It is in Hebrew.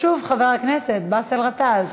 שוב, חבר הכנסת באסל גטאס,